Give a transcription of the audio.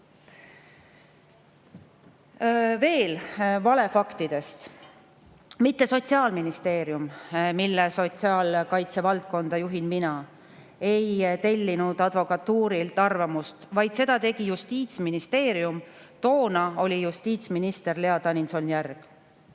valefaktidest. Mitte Sotsiaalministeerium, mille sotsiaalkaitse valdkonda juhin mina, ei tellinud advokatuurilt arvamust, vaid seda tegi Justiitsministeerium. Toona oli justiitsminister Lea Danilson-Järg. Otepääl